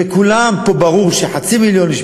לכולם פה ברור שחצי מיליון איש,